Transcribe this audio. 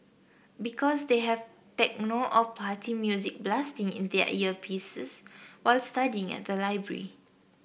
because they have techno or party music blasting in their earpieces while studying at the library